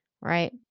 right